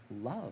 love